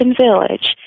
Village